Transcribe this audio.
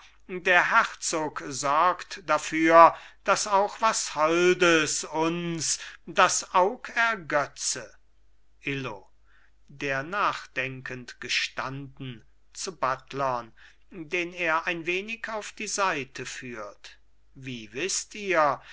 der herzog sorgt dafür daß auch was holdes uns das aug ergötze illo der nachdenkend gestanden zu buttlern den er ein wenig auf die seite führt wie wißt ihr